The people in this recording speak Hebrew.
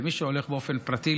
ומי שהולך באופן פרטי,